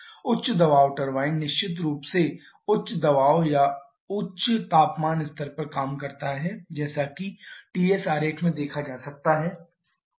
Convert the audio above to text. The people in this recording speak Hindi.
उच्च दबाव टरबाइन निश्चित रूप से उच्च दबाव और उच्च तापमान स्तर पर काम करता है जैसा कि Ts आरेख से देखा जा सकता है